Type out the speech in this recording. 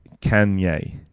Kanye